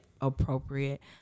appropriate